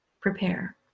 prepare